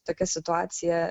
tokia situacija